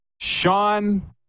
Sean